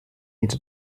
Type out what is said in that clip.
into